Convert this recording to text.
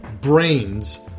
brains